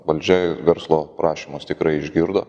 valdžia verslo prašymus tikrai išgirdo